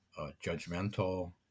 judgmental